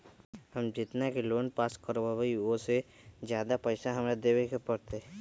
हम जितना के लोन पास कर बाबई ओ से ज्यादा पैसा हमरा देवे के पड़तई?